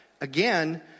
again